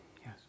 Yes